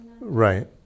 Right